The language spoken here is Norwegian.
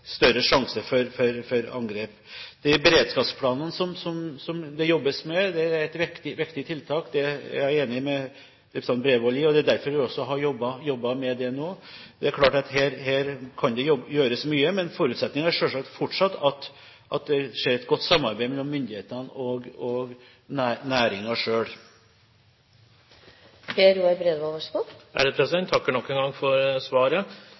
større sjanse for angrep. De beredskapsplanene som det jobbes med, er et viktig tiltak, det er jeg enig med representanten Bredvold i. Det er derfor vi også har jobbet med det nå. Det er klart at her kan det gjøres mye, men forutsetningen er selvsagt fortsatt at det skjer et godt samarbeid mellom myndighetene og næringen selv. Jeg takker nok en gang for svaret. Det er klart at det er en